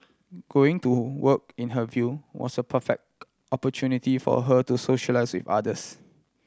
going to work in her view was a perfect opportunity for her to socialise with others